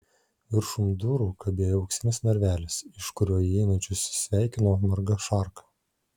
viršum durų kabėjo auksinis narvelis iš kurio įeinančius sveikino marga šarka